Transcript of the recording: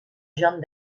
john